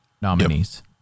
nominees